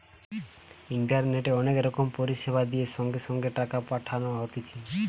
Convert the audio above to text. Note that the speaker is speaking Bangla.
ইন্টারনেটে অনেক রকম পরিষেবা দিয়ে সঙ্গে সঙ্গে টাকা পাঠানো হতিছে